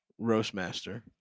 roastmaster